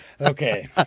Okay